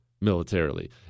militarily